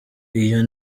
iyo